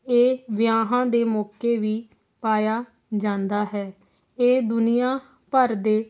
ਇਹ ਵਿਆਹਾਂ ਦੇ ਮੌਕੇ ਵੀ ਪਾਇਆ ਜਾਂਦਾ ਹੈ ਇਹ ਦੁਨੀਆ ਭਰ ਦੇ